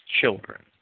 children